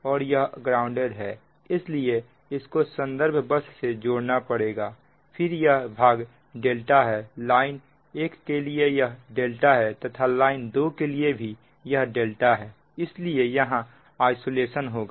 और यह ग्राउंडेड है इसलिए इसको संदर्भ बस से जोड़ना पड़ेगा फिर यह भाग ∆ है लाइन 1 के लिए यह ∆ है तथा लाइन 2 के लिए भी यह ∆ है इसलिए यहां आइसोलेशन होगा